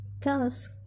cause